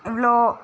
இவ்வளோ